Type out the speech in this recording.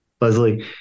Leslie